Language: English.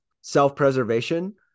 self-preservation